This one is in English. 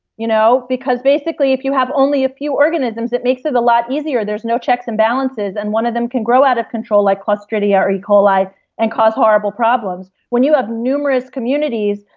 you know basically, if you have only a few organisms, it makes it a lot easier there's no checks and balances and one of them can grow out of control like clostridia or e. coli and cause horrible problems. when you have numerous communities,